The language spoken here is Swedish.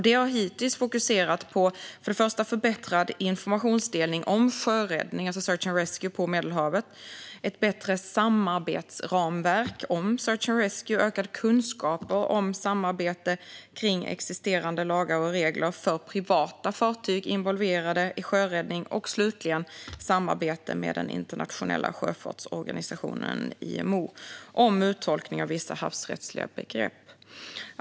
Det har hittills fokuserat på förbättrad informationsdelning om sjöräddning, search and rescue, på Medelhavet, ett bättre samarbetsramverk för search and rescue, ökade kunskaper om samarbete kring existerande lagar och regler för privata fartyg involverade i sjöräddning och, slutligen, samarbete med den internationella sjöfartsorganisationen IMO om uttolkning av vissa havsrättsliga begrepp.